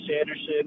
Anderson